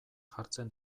jartzen